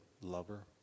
lover